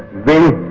the